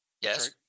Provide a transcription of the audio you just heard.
Yes